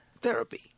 therapy